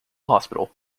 hospital